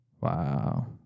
Wow